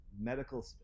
medical